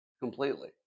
completely